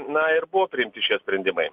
na ir buvo priimti šie sprendimai